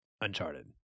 Uncharted